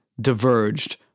diverged